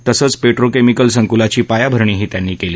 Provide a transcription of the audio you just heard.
तसंच पेट्रोकेमिकल संकुलाची पायाभरणीही त्यांनी केली